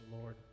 Lord